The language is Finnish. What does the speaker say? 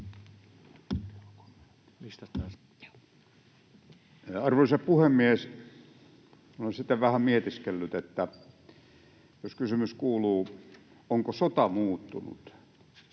Arvoisa puhemies! Olen sitä vähän mietiskellyt, että jos kysymys kuuluu, ”onko sota muuttunut”,